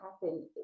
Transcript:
happen